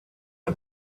are